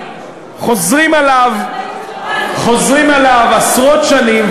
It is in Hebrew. חוזרים עליו עשרות שנים,